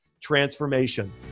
transformation